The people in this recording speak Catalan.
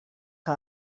que